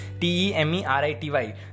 T-E-M-E-R-I-T-Y